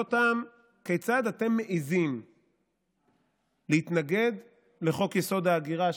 כיצד אתם מעיזים להתנגד לחוק-יסוד: ההגירה,